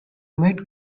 met